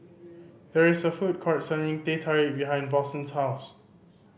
there is a food court selling Teh Tarik behind Boston's house